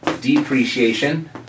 depreciation